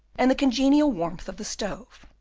and the congenial warmth of the stove.